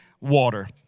water